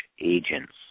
agents